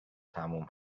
تموم